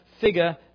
figure